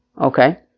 Okay